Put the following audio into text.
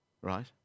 right